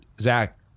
Zach